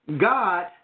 God